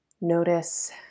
Notice